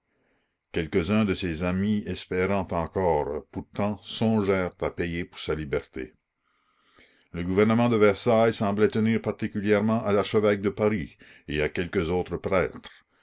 quelques-uns de ses amis espérant encore pourtant songèrent à payer pour sa liberté le gouvernement de versailles semblait tenir particulièrement à l'archevêque de paris et à quelques autres prêtres